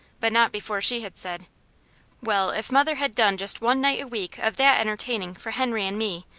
but not before she had said well, if mother had done just one night a week of that entertaining for henry and me,